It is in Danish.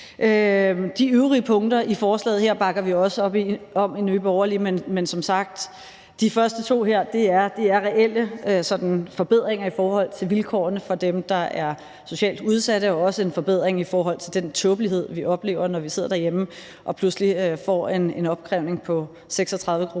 De øvrige punkter i forslaget her bakker vi også op om i Nye Borgerlige, men som sagt er de første to her reelle forbedringer i forhold til vilkårene for dem, der er socialt udsatte, og også en forbedring i forhold til den tåbelighed, vi oplever, når vi sidder derhjemme og pludselig får en opkrævning på 36 kr.